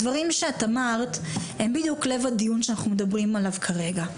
הדברים שאת אמרת הם בדיוק לב הדיון שאנחנו מדברים עליו כרגע,